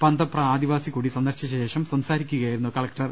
പന്തപ്ര ആദിവാസി കുടി സന്ദർശിച്ചശേഷം സംസാ രിക്കുകയായിരുന്നു അദ്ദേഹം